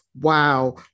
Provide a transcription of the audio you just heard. Wow